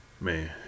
man